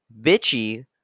bitchy